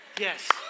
Yes